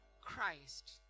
Christ